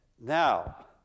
Now